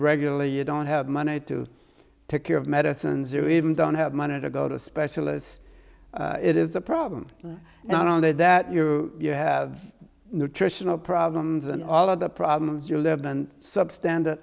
regularly you don't have money to take care of medicines or even don't have money to go to specialists it is a problem not only that you have nutritional problems and all of the problems you lived and substandard